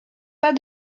pas